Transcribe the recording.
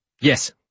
Yes